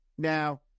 Now